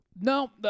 No